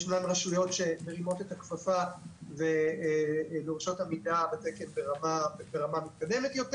ישנן רשויות שמרימות את הכפפה ודורשות עמידה בתקן ברמה מתקדמת יותר.